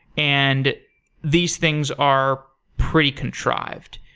and these things are pretty contrived.